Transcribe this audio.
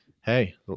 hey